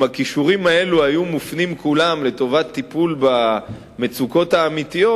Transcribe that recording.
אם הכישורים האלה היו מופנים כולם לטיפול במצוקות האמיתיות,